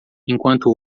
enquanto